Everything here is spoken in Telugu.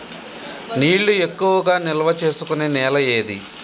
నీళ్లు ఎక్కువగా నిల్వ చేసుకునే నేల ఏది?